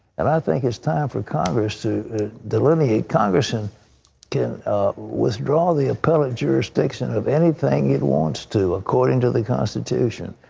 and i think it is time for congress to delineate congressmen can withdraw the appellate jurisdiction of anything it wants to, according to the constitution.